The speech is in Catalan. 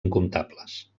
incomptables